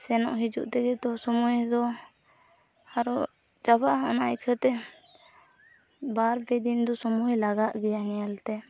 ᱥᱮᱱᱚᱜ ᱦᱤᱡᱩᱜ ᱛᱮᱜᱮ ᱛᱚ ᱥᱚᱢᱚᱭ ᱫᱚ ᱟᱨᱚ ᱪᱟᱵᱟᱼᱟ ᱚᱱᱟ ᱟᱹᱭᱠᱦᱟᱹᱛᱮ ᱵᱟᱨ ᱯᱮ ᱫᱤᱱ ᱫᱚ ᱥᱚᱢᱚᱭ ᱞᱟᱜᱟᱜ ᱜᱮᱭᱟ ᱧᱮᱞᱛᱮ